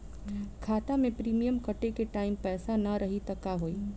खाता मे प्रीमियम कटे के टाइम पैसा ना रही त का होई?